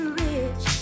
rich